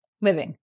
living